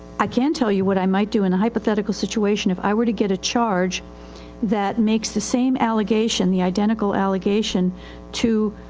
i can tell you what i might do in a hypothetical situation, if i were to get a charge that makes the same allegation, the identical allegation to,